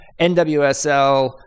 NWSL